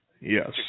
Yes